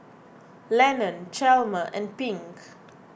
Lennon Chalmer and Pink